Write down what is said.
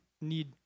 need